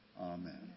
Amen